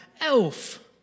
Elf